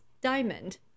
diamond